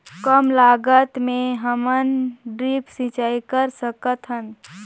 कम लागत मे हमन ड्रिप सिंचाई कर सकत हन?